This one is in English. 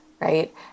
right